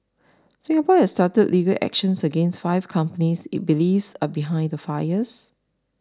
Singapore has started legal action against five companies it believes are behind the fires